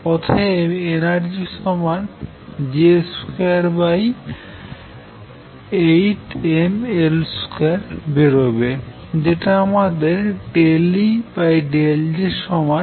অতএব এনার্জি সমান J28mL2বেরোবে যেটা আমাদের ∂E∂JJ4mL2 দেয়